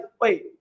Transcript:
wait